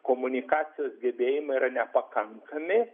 komunikacijos gebėjimai yra nepakankami